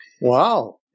Wow